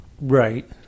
Right